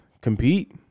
compete